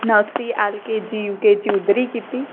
nursery L K G U K G उद्धरी कीती